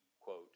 quote